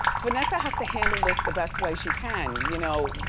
vanessa has to handle this the best way she can. you know,